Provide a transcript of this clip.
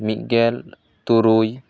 ᱢᱤᱫᱜᱮᱞ ᱛᱩᱨᱩᱭ